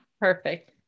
Perfect